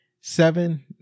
Seven